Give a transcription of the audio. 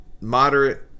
moderate